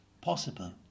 possible